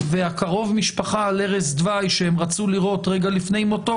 והקרוב משפחה על ערש דווי שהם רצו לראות רגע לפני מותו,